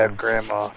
grandma